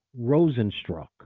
Rosenstruck